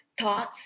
thoughts